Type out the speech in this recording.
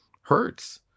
hurts